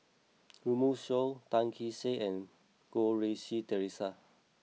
Runme Shaw Tan Kee Sek and Goh Rui Si Theresa